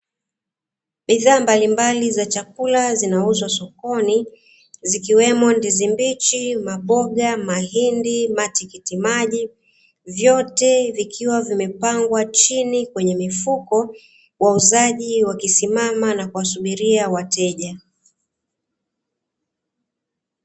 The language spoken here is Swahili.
Bidhaa mbalimbali za chakula zinauzwa sokoni zikiwemo: ndizi mbichi, maboga ,mahindi, matikiti maji, vyote vikiwa vimepangwa chini kwenye mifuko, wauzaji wakisimama na kuwasubiria wateja.